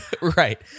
right